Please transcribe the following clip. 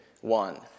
one